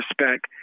respect